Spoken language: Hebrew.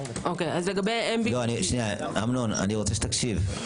אמנון, תקשיב.